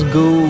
go